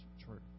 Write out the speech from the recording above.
true